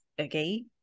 okay